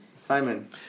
Simon